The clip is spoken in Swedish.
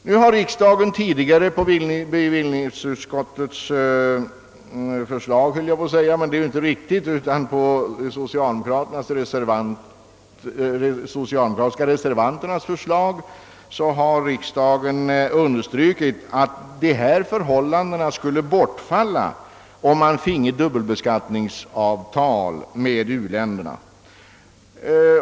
Nu har riksdagen tidigare på de socialdemokratiska reservanternas förslag understrukit att dessa förhållanden skul le bortfalla, om vårt land finge dubbelbeskattningsavtal med u-länderna.